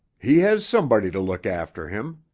he has somebody to look after him.